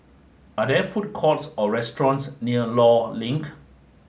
are there food courts or restaurants near Law Link